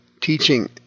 teaching